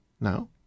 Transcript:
Now